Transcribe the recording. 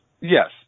Yes